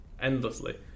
endlessly